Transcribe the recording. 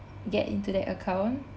get into that account